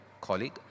colleague